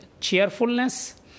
cheerfulness